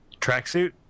Tracksuit